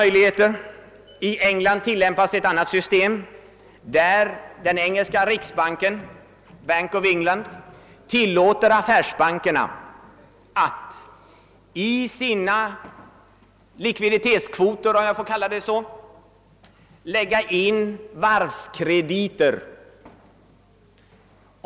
Det finns också andra möjligheter. Den engelska riksbanken, Bank of England, har det systemet att man tillåter affärsbankerna att i sina likviditetskvoter — om jag så får kalla dem — lägga in varvskrediter.